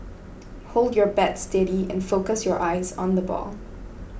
hold your bat steady and focus your eyes on the ball